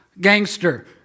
gangster